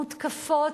מותקפות,